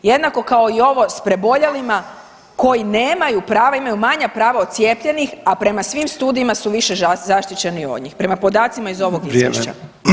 Jednako kao i ovo s preboljelima koji nemaju prava, imaju manja prava od cijepljenih a prema svim studijima su više zaštićeni od njih prema podacima iz ovog [[Upadica: Vrijeme.]] izvješća.